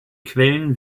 quellen